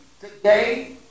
today